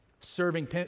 Serving